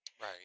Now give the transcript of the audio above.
Right